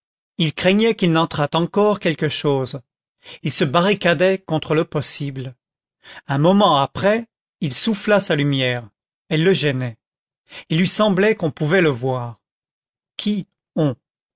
il craignait qu'il n'entrât encore quelque chose il se barricadait contre le possible un moment après il souffla sa lumière elle le gênait il lui semblait qu'on pouvait le voir qui on